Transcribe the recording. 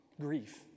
grief